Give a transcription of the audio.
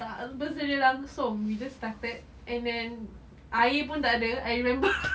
tak bersedia langsung we just started and then air pun tak ada I remember